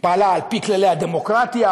פעלה על-פי כללי הדמוקרטיה,